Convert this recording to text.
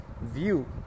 view